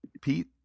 pete